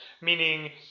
meaning